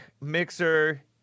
Mixer